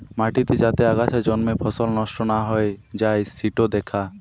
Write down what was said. মাটিতে যাতে আগাছা জন্মে ফসল নষ্ট না হৈ যাই সিটো দ্যাখা